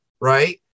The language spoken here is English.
Right